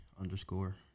underscore